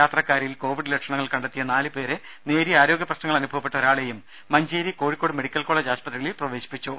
യാത്രക്കാരിൽ കോവിഡ് ലക്ഷണങ്ങൾ കണ്ടെത്തിയ നാലു പേരെയും നേരിയ ആരോഗ്യ പ്രശ്നം അനുഭവപ്പെട്ട ഒരാളെയും മഞ്ചേരി കോഴിക്കോട് മെഡിക്കൽ കോളജ് ആശുപത്രികളിൽ പ്രവേശിപ്പിച്ചു